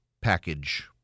package